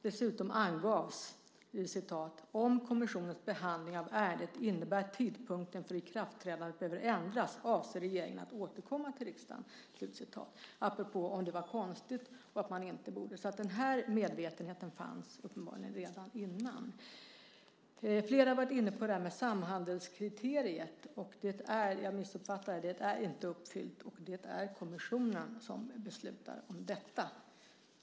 Dessutom angavs: Om kommissionens behandling av ärendet innebär att tidpunkten för ikraftträdandet behöver ändras avser regeringen att återkomma till riksdagen. Detta apropå att det skulle var konstigt. Denna medvetenhet fanns alltså uppenbarligen redan innan. Flera har varit inne på detta med samhandelskriteriet. Jag har missuppfattat det. Det är inte uppfyllt, och det är kommissionen som beslutar om detta.